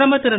பிரதமர் திரு